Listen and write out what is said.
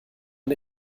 ein